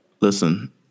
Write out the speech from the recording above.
Listen